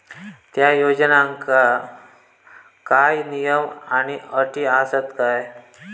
त्या योजनांका काय नियम आणि अटी आसत काय?